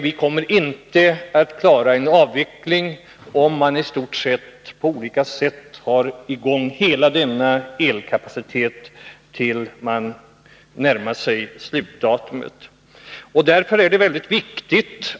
Vi kommer inte att klara en avveckling om hela denna elkapacitet utnyttjas tills man närmar sig slutdatum.